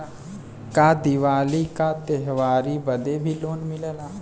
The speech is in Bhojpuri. का दिवाली का त्योहारी बदे भी लोन मिलेला?